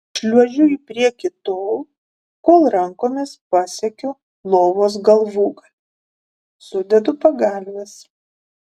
šliuožiu į priekį tol kol rankomis pasiekiu lovos galvūgalį sudedu pagalves